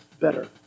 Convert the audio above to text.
better